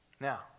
Now